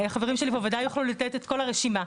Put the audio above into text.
חברים שלי בוודאי יוכלו לתת את כל הרשימה.